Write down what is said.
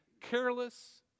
careless